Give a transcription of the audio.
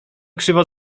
krzywo